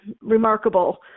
Remarkable